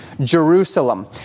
Jerusalem